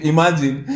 Imagine